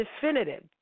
definitive